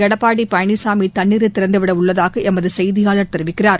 எடப்பாடி பழனிசாமி தண்ணீரர திறந்துவிடவுள்ளதாக எமது செய்தியாளர் தெரிவிக்கிறார்